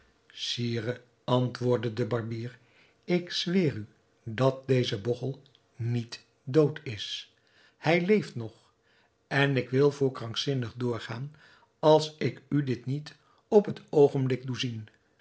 sire antwoordde de barbier ik zweer u dat deze bogchel niet dood is hij leeft nog en ik wil voor krankzinnig doorgaan als ik u dit niet op het oogenblik